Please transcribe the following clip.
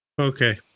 Okay